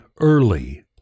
early